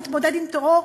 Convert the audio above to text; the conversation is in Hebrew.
להתמודד עם טרור?